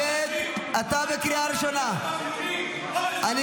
עונש מוות למחבלים --- עודד, אתה בקריאה ראשונה.